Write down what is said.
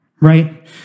right